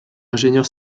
ingénieur